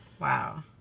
Wow